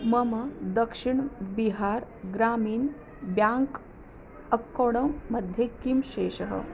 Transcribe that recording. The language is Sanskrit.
मम दक्षिण् बिहार् ग्रामिन् ब्याङ्क् अक्कौड मध्ये कः शेषः